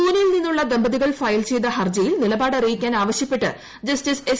പൂനെയിൽ നിന്നുള്ള ദമ്പതികൾ ഫയൽ ചെയ്ത ഹർജിയിൽ നിലപാട് അറിയിക്കാൻ അവശ്യപ്പെട്ട് ജസ്റ്റിസ് എസ്